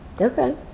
Okay